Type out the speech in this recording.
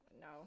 No